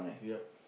ya